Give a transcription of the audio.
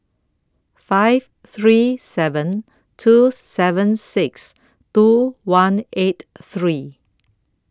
five three seven two seven six two one eight three